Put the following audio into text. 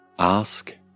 Ask